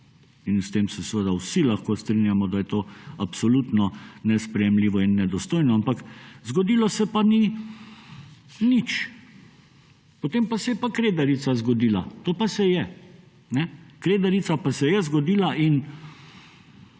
in s tem se seveda vsi lahko strinjamo, da je to absolutno nesprejemljivo in nedostojno; ampak zgodilo se pa ni nič. Potem se je pa Kredarica zgodila, to pa se je. Kredarica pa se je zgodila. In